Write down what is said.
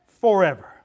forever